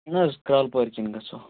اہن حظ کرٛال پورِ کِنۍ گََژھو